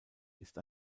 ist